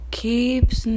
keeps